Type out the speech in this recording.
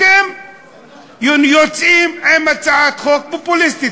אתם יוצאים עם הצעת חוק פופוליסטית,